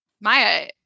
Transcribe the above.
Maya